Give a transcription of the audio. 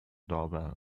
doorbell